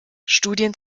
studien